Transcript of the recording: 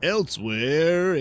Elsewhere